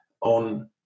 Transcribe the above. on